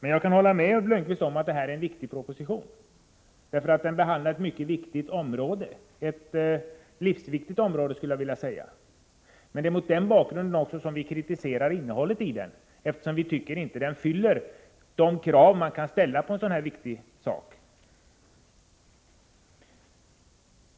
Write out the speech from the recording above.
Men jag kan hålla med Ulf Lönnqvist om att detta är en viktig proposition, eftersom den behandlar ett mycket viktigt område — ett livsviktigt område, skulle jag vilja säga. Det är också mot den bakgrunden som vi kritiserar innehållet i propositionen, eftersom det inte tillgodoser de krav som vi har anledning att ställa i denna viktiga fråga.